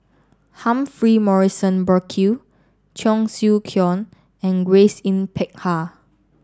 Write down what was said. Humphrey Morrison Burkill Cheong Siew Keong and Grace Yin Peck Ha